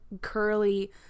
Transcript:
curly